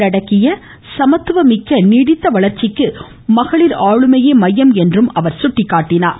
உள்ளடக்கிய சமத்துவமிக்க நீடித்த வளர்ச்சிக்கு மகளிர் ஆளுமையே மையம் என்றும் அவர் எடுத்துரைத்தார்